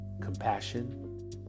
compassion